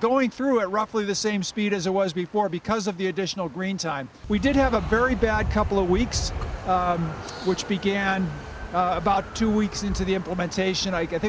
going through at roughly the same speed as it was before because of the additional green time we did have a very bad couple of weeks which began about two weeks into the implementation i think